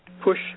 push